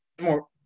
More